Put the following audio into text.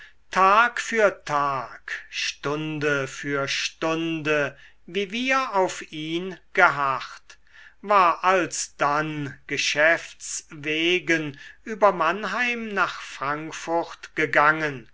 tag für tag stunde für stunde wie wir auf ihn geharrt war alsdann geschäfts wegen über mannheim nach frankfurt gegangen